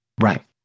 right